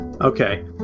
Okay